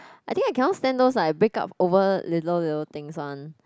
I think I cannot stand those like break up over little little things one